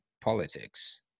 politics